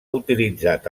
utilitzat